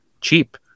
cheap